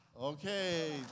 Okay